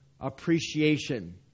appreciation